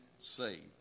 saved